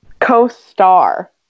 Co-star